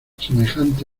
semejante